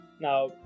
now